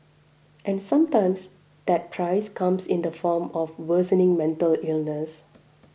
and sometimes that price comes in the form of worsening mental illness